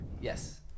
Yes